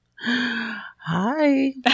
Hi